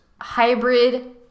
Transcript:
Hybrid